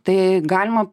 tai galima